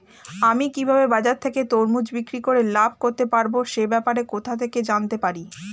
আমি কিভাবে বাজার থেকে তরমুজ বিক্রি করে লাভ করতে পারব সে ব্যাপারে কোথা থেকে জানতে পারি?